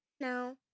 No